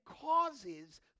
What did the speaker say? causes